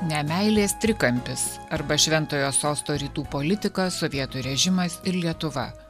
nemeilės trikampis arba šventojo sosto rytų politika sovietų režimas ir lietuva